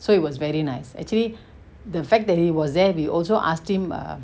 so it was very nice actually the fact that he was there we also asked him err